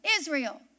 Israel